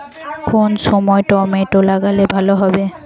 কোন সময় টমেটো লাগালে ভালো হবে?